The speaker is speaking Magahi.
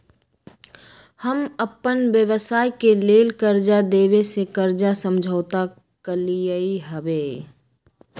हम अप्पन व्यवसाय के लेल कर्जा देबे से कर्जा समझौता कलियइ हबे